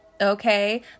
Okay